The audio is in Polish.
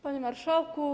Panie Marszałku!